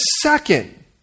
second